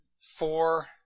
four